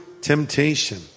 temptation